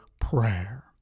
prayer